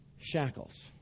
Shackles